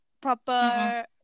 proper